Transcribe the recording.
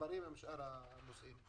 מחובר עם שאר הנושאים.